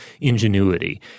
ingenuity